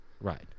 Right